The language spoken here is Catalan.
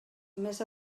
més